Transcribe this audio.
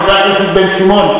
חבר הכנסת בן-סימון,